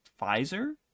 Pfizer